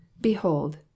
BEHOLD